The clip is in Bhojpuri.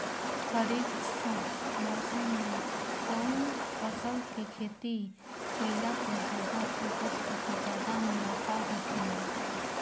खरीफ़ मौसम में कउन फसल के खेती कइला पर ज्यादा उपज तथा ज्यादा मुनाफा होखेला?